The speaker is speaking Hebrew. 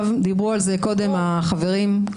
דיברו על זה קודם החברים,